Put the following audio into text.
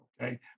okay